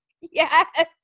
Yes